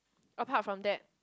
apart from that